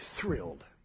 thrilled